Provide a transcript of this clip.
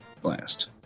Blast